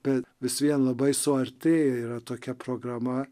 bet vis vien labai suartėja yra tokia programa